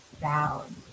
down